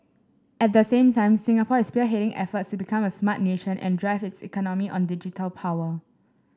at the same time Singapore is spearheading efforts to become a Smart Nation and drive its economy on digital power